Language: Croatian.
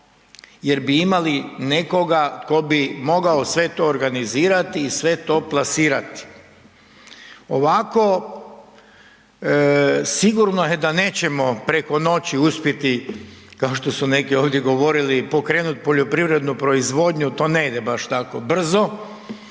jer bi imali nekoga tko bi mogao sve to organizirati i sve to plasirati. Ovako sigurno je da nećemo preko noći uspjeti kao što su neki ovdje govorili pokrenuti poljoprivrednu proizvodnju, to ne ide baš tako brzo,